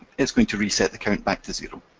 it's going to reset the count back to zero.